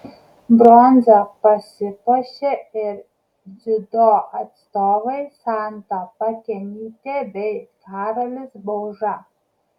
bronza pasipuošė ir dziudo atstovai santa pakenytė bei karolis bauža